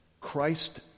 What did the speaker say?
Christ